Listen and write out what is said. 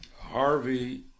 Harvey